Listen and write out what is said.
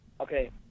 Okay